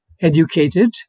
educated